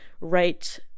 right